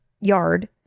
yard